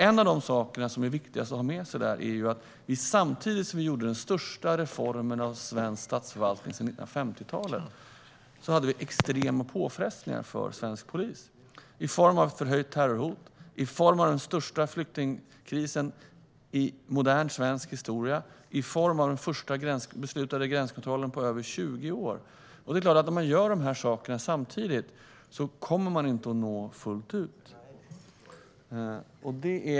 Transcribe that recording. En av de viktigaste sakerna att ha med sig är att vi samtidigt som vi gjorde den största reformen av svensk statsförvaltning sedan 1950-talet hade vi extrema påfrestningar för svensk polis i form av förhöjt terrorhot, i form av den största flyktingkrisen i modern svensk historia och i form av den första beslutade gränskontrollen på över 20 år. Det är klart att gör man de här sakerna samtidigt kommer man inte att nå fram fullt ut.